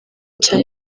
cyane